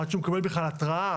עד שהם מקבלים בכלל התראה,